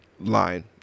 line